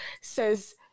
says